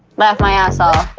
laughed my ass off,